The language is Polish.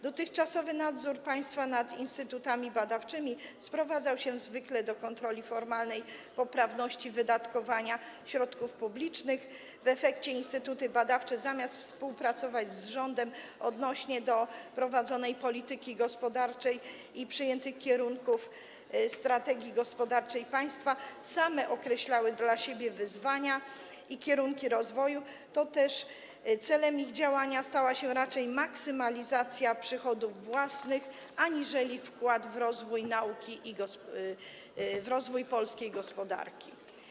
Dotychczasowy nadzór państwa nad instytutami badawczymi sprowadzał się zwykle do kontroli formalnej poprawności wydatkowania środków publicznych - w efekcie instytuty badawcze, zamiast współpracować z rządem odnośnie do prowadzonej polityki gospodarczej i przyjętych kierunków strategii gospodarczej państwa, same określały dla siebie wyzwania i kierunki rozwoju, toteż celem ich działania stała się raczej maksymalizacja przychodów własnych aniżeli wkład w rozwój polskiej gospodarki.